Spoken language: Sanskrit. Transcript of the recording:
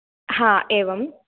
हा एवम्